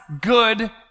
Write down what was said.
good